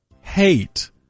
hate